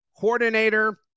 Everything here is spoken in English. coordinator